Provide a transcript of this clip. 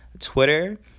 Twitter